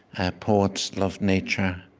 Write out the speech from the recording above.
ah poets love nature,